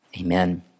Amen